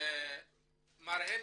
מר קנדל,